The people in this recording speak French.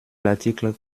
l’article